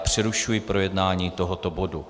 Přerušuji projednání tohoto bodu.